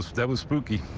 that was spooky.